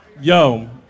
Yo